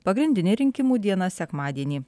pagrindinė rinkimų diena sekmadienį